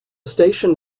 station